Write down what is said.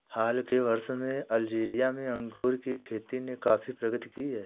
हाल के वर्षों में अल्जीरिया में अंगूर की खेती ने काफी प्रगति की है